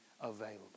available